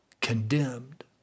condemned